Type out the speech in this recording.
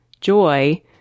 joy